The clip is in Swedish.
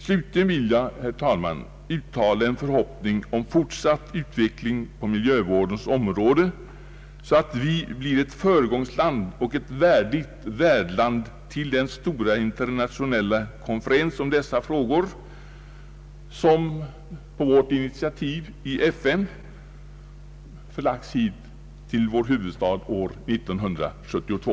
Slutligen vill jag, herr talman, uttala en förhoppning om fortsatt utveckling på miljövårdens område, så att vi blir ett föregångsland och ett värdigt värdland för den stora internationella konferens om dessa frågor som på Sveriges initiativ i FN förlagts till vår huvudstad år 1972.